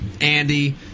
Andy